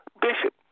Bishop